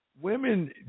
Women